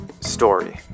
story